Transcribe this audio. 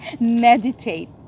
meditate